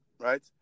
right